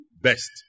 best